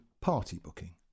party-booking